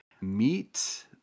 meet